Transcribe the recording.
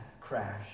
crash